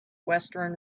western